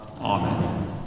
Amen